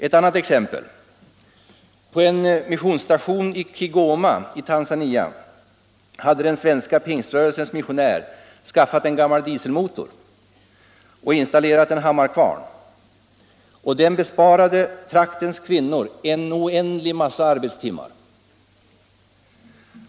Ett annat exempel: På en missionsstation i Kigoma i Tanzania hade den svenska pingströrelsens missionär skaffat en gammal dieselmotor och installerat en hammarkvarn som besparade traktens kvinnor en oändlig massa arbetstimmar.